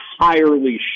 entirely